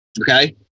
Okay